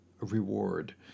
reward